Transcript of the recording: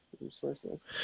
resources